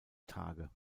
tage